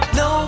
no